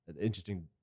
Interesting